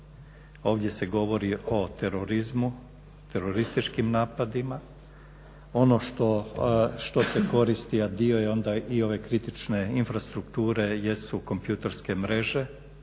Ovdje se govori o terorizmu, terorističkim napadima. Ono što se koristi, a dio je onda i ove kritične infrastrukture jesu kompjuterske mreže,